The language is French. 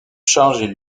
charger